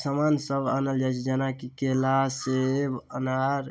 सामान सब आनल जाइ छै जेनाकि केला सेब अनार